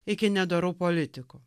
iki nedorų politikų